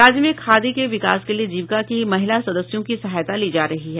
राज्य में खादी के विकास के लिये जीविका की महिला सदस्यों की सहायता ली जा रही है